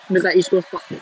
dekat east coast park